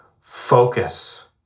focus